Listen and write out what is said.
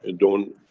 don't.